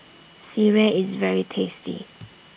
Sireh IS very tasty